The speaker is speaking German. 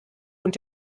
und